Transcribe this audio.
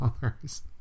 dollars